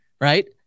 Right